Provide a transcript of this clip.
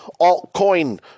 altcoin